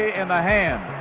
in the hand.